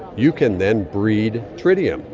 you can then breed tritium,